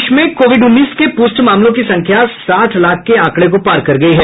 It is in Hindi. देश में कोविड उन्नीस के पुष्ट मामलों की संख्या साठ लाख के आंकड़े को पार कर गयी है